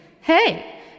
Hey